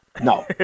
no